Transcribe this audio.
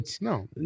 no